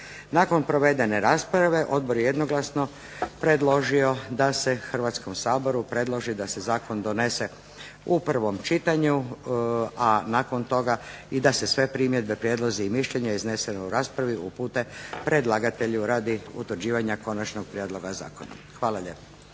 Nakon provedene rasprave odbor je jednoglasno predložio da se Hrvatskom saboru predloži da se zakon donese u prvom čitanju, a nakon toga i da se sve primjedbe, prijedlozi i mišljenja iznesena u raspravi upute predlagatelju radi utvrđivanja konačnog prijedloga zakona. Hvala lijepa.